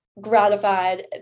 gratified